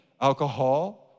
alcohol